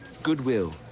goodwill